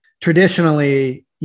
traditionally